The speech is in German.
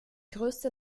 größte